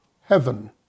heaven